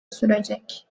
sürecek